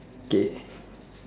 K